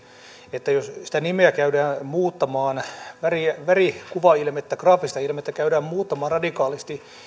että jos sitä nimeä käydään muuttamaan väri väri kuvailmettä graafista ilmettä käydään muuttamaan radikaalisti